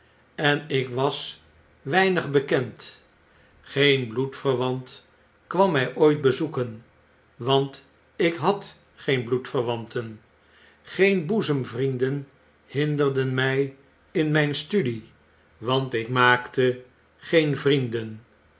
en ik was weinig bekend geen bloedverwant kwam my ooit bezoeken want ik had geen bloedverwanten geen boezemvrienden hinderden my in myn studie want ik maakte geen vrienden